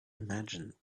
imagined